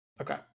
okay